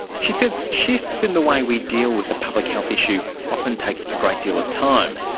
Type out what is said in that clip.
she says shifts in the way we deal with a public health issue often take a great deal of time.